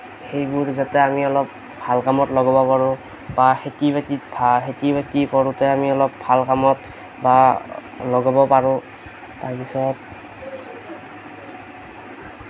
সেইবোৰ যাতে আমি অলপ ভাল কামত লগাব পাৰোঁ বা খেতি বাতি ভা খেতি বাতি কৰোঁতে আমি অলপ ভাল কামত বা লগাব পাৰোঁ তাৰপিছত